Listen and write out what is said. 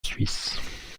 suisse